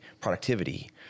productivity